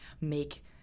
make